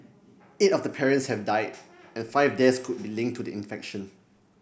eight of the patients have died and five deaths could be linked to the infection